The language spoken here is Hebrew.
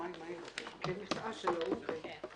הישיבה ננעלה בשעה 14:10.